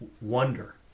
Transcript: wonder